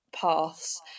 paths